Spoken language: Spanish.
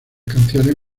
canciones